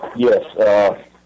Yes